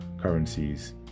currencies